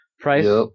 price